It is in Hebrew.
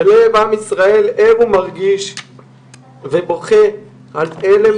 ולא יהיה בעם ישראל ער ומרגיש ובוכה על עלם